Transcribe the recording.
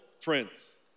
friends